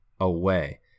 away